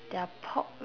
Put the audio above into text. their pork